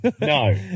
No